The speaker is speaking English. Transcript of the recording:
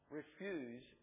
refuse